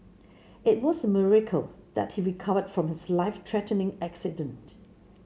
it was a miracle that he recovered from his life threatening accident